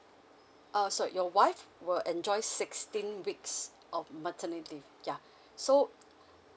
uh sorry your wife will enjoy sixteen weeks of maternity yeah so